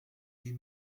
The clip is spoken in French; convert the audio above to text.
huit